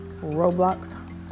Roblox